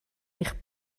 eich